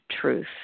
truth